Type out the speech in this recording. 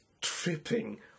tripping